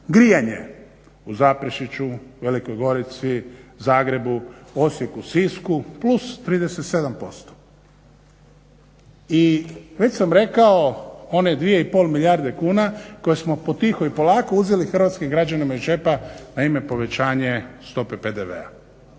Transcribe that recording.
Grijanje u Zaprešiću, Velikoj Gorici, Zagrebu, Osijeku, Sisku plus 37% i već sam rekao one 2,5 milijarde kuna koje smo po tiho i polako uzeli hrvatskim građanima iz džepa na ime povećanja stope PDV-a.